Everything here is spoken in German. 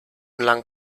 lang